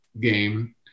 game